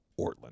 Ortland